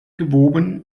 gewoben